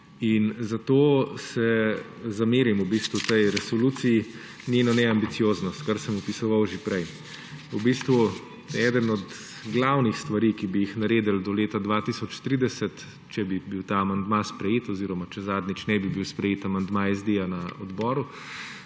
Zato zamerim tej resoluciji njeno neambicioznost, kar sem opisoval že prej. Ena glavnih stvari, ki bi jih naredili do leta 2030, če bi bil ta amandma sprejet oziroma če zadnjič ne bi bil sprejet amandma SD na odboru,